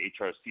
HRC